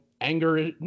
anger